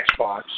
Xbox